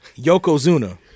Yokozuna